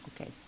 Okay